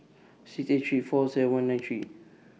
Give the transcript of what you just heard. six eight three four seven one nine three